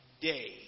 day